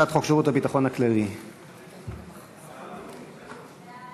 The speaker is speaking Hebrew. חוק שירות הביטחון הכללי (תיקון מס'